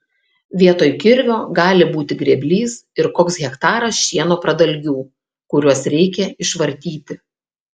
vietoj kirvio gali būti grėblys ir koks hektaras šieno pradalgių kuriuos reikia išvartyti